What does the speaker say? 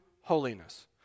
holiness